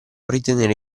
ritenere